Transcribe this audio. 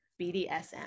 bdsm